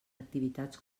activitats